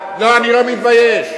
לא, אני לא מתבייש.